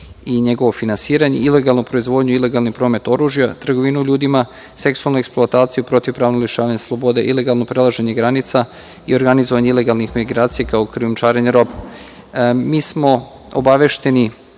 i njegovo finansiranje, ilegalnu proizvodnju i ilegalni promet oružja, trgovinu ljudima, seksualnu eksploataciju, protivpravno lišavanje slobode, ilegalno prelaženje granica i organizovanje ilegalnih migracija, kao i krijumčarenje robe. Obavešteni